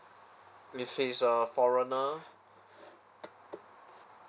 if he's a foreigner